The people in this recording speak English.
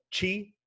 Chi